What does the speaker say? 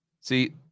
See